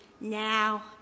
now